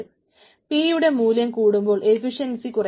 p യുടെ മൂല്യം കൂടുമ്പോൾ എഫിഷ്യൻസി കുറയും